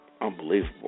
Unbelievable